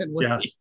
Yes